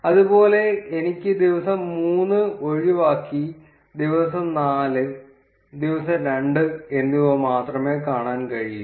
അതുപോലെ എനിക്ക് ദിവസം 3 ഒഴിവാക്കി ദിവസം 4 ദിവസം 2 എന്നിവ മാത്രമേ കാണാൻ കഴിയൂ